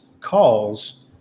calls